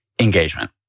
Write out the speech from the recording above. engagement